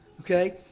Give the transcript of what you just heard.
okay